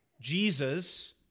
Jesus